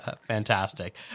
Fantastic